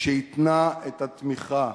שהתנה את התמיכה